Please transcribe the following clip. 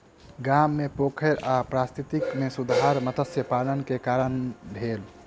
गाम मे पोखैर आ पारिस्थितिकी मे सुधार मत्स्य पालन के कारण भेल